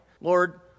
Lord